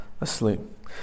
asleep